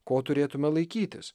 ko turėtume laikytis